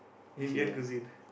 Indian cuisine